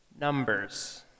Numbers